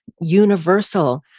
universal